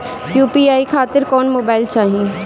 UPI खातिर कौन mobile चाहीं?